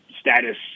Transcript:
status